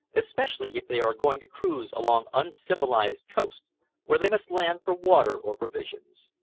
especially if they are going to cruise along uncivilized coasts where they must land for water or provisions.